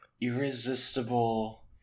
Irresistible